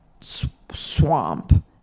swamp